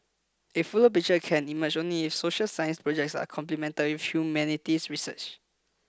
a fuller picture can emerge only if social science projects are complemented with humanities research